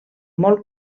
molt